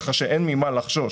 כך שאין ממה לחשוש.